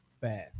fast